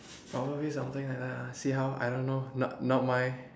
probably something like that lah see how I don't know not not my